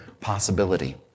possibility